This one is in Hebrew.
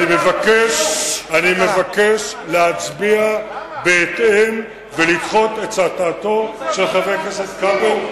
אני מבקש להצביע בהתאם ולדחות את הצעתו של חבר הכנסת כבל.